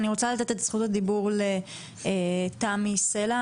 אני רוצה לתת את רשות הדיבור לתמי סלע,